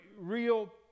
real